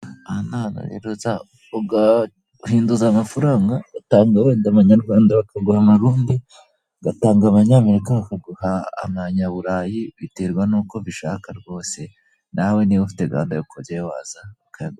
Aha ni ahantu uza ugahinduza amafaranga ugatanga abanyarwanda bakagura amarundi, ugatanga abanyamerika bakaguha amanyaburayi biterwa n'uko ubishaka rwose nawe niba ufite gahunda yo kujyayo waza.